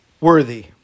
worthy